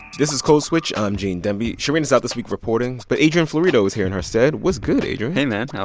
is code switch. i'm gene demby. shereen is out this week reporting, but adrian florido is here in her stead. what's good, adrian? hey man, how